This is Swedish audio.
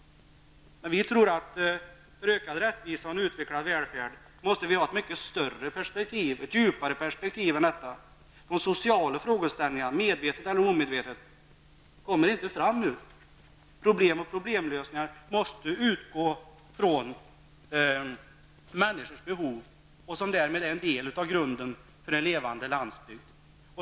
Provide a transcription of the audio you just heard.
För ökad rättvisa och utvecklad välfärd måste det finnas ett mycket större och djupare perspektiv än detta. Sociala frågeställningar kommer, medvetet eller omedvetet, inte fram. Problem och problemlösningar måste utgå från människors behov, som därmed är en del av grunden för en levande landsbygd.